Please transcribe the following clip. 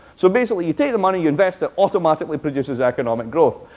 so basically, you take the money, you invest, it automatically produces economic growth.